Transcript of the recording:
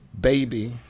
baby